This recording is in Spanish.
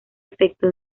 efecto